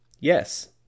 yes